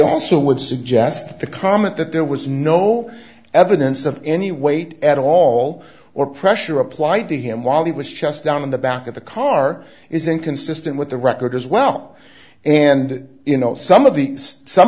also would suggest that the comment that there was no evidence of any weight at all or pressure applied to him while he was just down in the back of the car is inconsistent with the record as well and you know some of these some